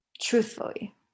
truthfully